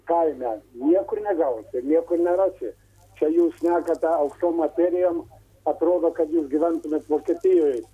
kaime niekur negausi niekur nerasi čia jūs šnekat a aukštom materijom atrodo kad jūs gyventumėt vokietijoj